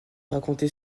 raconter